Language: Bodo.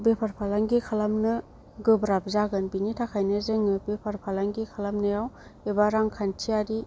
बेफार फालांगि खालामनो गोब्राब जागोन बिनि थाखायनो जोङो बेफार फालांगि खालामनायाव एबा रां खान्थियारि